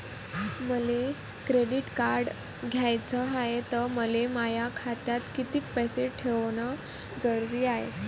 मले credit card घ्याचं हाय, त मले माया खात्यात कितीक पैसे ठेवणं जरुरीच हाय?